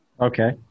Okay